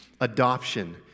Adoption